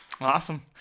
Awesome